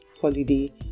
holiday